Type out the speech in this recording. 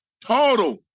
total